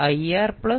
0